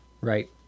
Right